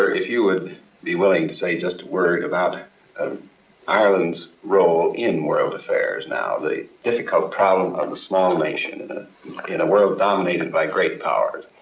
if you would be willing to say just a word about um ireland's role in world affairs now, the difficult problem of a small nation in ah in a world dominated by great powers.